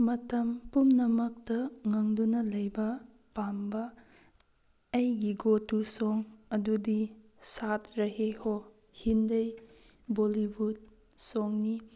ꯃꯇꯝ ꯄꯨꯝꯅꯃꯛꯇ ꯉꯪꯗꯨꯅ ꯂꯩꯕ ꯄꯥꯝꯕ ꯑꯩꯒꯤ ꯒꯣꯇꯨ ꯁꯣꯡ ꯑꯗꯨꯗꯤ ꯁꯥꯠ ꯔꯍꯦ ꯍꯣ ꯍꯤꯟꯗꯤ ꯕꯣꯂꯤꯋꯨꯗ ꯁꯣꯡꯅꯤ